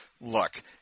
Look